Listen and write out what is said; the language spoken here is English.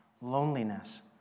loneliness